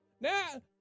now